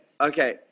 okay